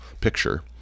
picture